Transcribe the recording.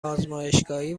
آزمایشگاهی